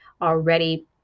already